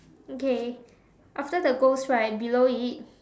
okay after the ghost right below it